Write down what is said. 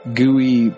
gooey